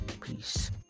Peace